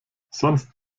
sonst